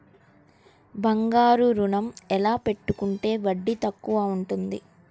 బంగారు ఋణం ఎలా పెట్టుకుంటే వడ్డీ తక్కువ ఉంటుంది?